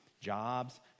jobs